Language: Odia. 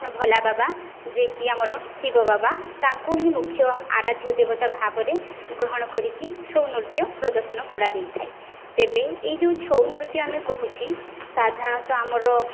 ଭୋଳାବାବା ଯିଏ କି ଆମର ଶିବ ବାବା ତାଙ୍କୁ ହିଁ ମୁଖ୍ୟ ଆରାଧ୍ୟ ଦେବତା ଭାବରେ ଗ୍ରହଣ କରିକି ଛଉ ନୃତ୍ୟ ପ୍ରଦର୍ଶନ କରାଯାଇଥାଏ ତେବେ ଏଇ ଯେଉଁ ଛଉ ନୃତ୍ୟ ଆମେ କହୁଛି ସାଧାରଣତଃ ଆମର